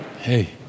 Hey